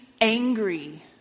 angry